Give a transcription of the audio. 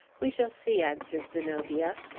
we shall see, answered zenobia.